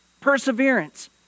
perseverance